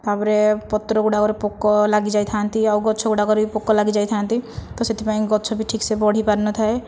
ତା'ପରେ ପତ୍ରଗୁଡ଼ାକରେ ପୋକ ଲାଗିଯାଇଥା'ନ୍ତି ଆଉ ଗଛଗୁଡ଼ାକରେ ବି ପୋକ ଲାଗିଯାଇଥା'ନ୍ତି ତ ସେଥିପାଇଁ ଗଛ ବି ଠିକ୍ ସେ ବଢ଼ିପାରିନଥାଏ